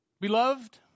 Beloved